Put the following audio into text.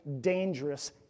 dangerous